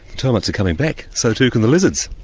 termites are coming back so too can the lizards.